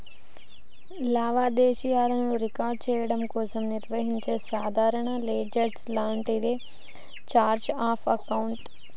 లావాదేవీలను రికార్డ్ చెయ్యడం కోసం నిర్వహించే సాధారణ లెడ్జర్ లాంటిదే ఛార్ట్ ఆఫ్ అకౌంట్స్